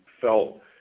felt